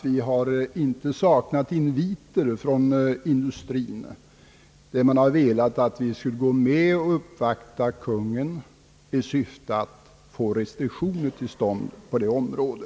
Vi har inte saknat inviter från industrin som har velat att vi skulle gå med och uppvakta Kungl. Maj:t i syfte att få restriktioner till stånd på detta område.